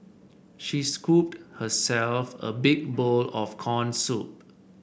she scooped herself a big bowl of corn soup